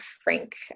Frank